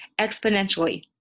exponentially